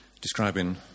describing